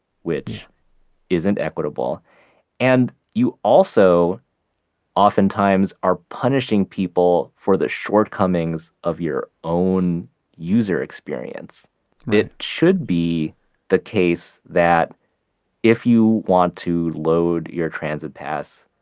which isn't equitable and you also oftentimes are punishing people for the shortcomings of your own user experience it should be the case that if you want to load your transit pass,